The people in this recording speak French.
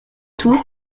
tout